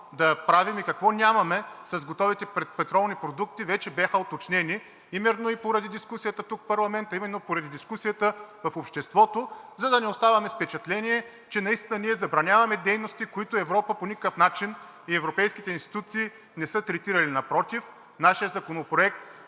да правим и какво нямаме с готовите петролни продукти, вече бяха уточнени именно и поради дискусията тук в парламента, именно поради дискусията в обществото, за да не оставаме с впечатление, че наистина ние забраняваме дейности, които Европа по никакъв начин, и европейските институции, не са третирали. Напротив, нашият законопроект